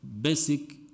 basic